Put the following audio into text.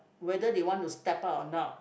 whether they want to step out or not